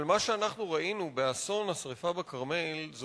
אבל מה שאנחנו ראינו באסון השרפה בכרמל זה